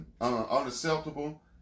unacceptable